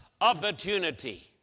opportunity